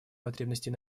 потребностей